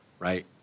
Right